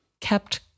kept